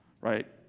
right